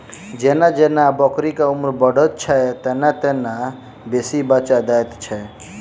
जेना जेना बकरीक उम्र बढ़ैत छै, तेना तेना बेसी बच्चा दैत छै